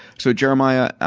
so, jeremiah,